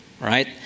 right